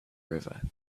river